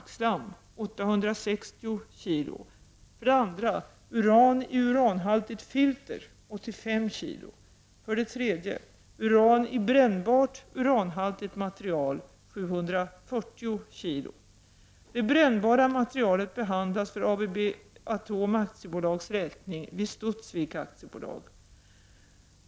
Det brännbara materialet behandlas för ABB Atom AB:s räkning vid Studsvik AB.